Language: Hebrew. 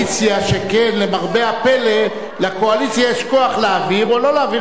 שכן למרבה הפלא לקואליציה יש כוח להעביר או לא להעביר את החוק הזה.